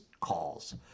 calls